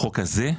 החוק הזה?